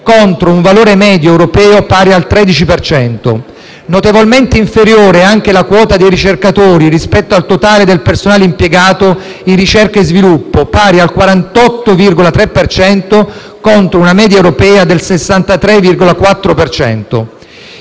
contro un valore medio europeo pari al 13 per cento. Notevolmente inferiore è anche la quota di ricercatori rispetto al totale del personale impiegato in ricerca e sviluppo, pari al 48,3 per cento, contro una media europea del 63,4